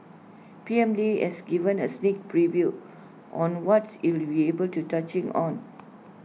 P M lee has given A sneak preview on what's he'll be able to touching on